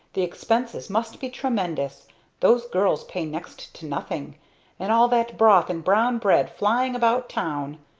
the expenses must be tremendous those girls pay next to nothing and all that broth and brown bread flying about town!